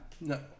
No